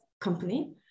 company